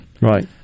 Right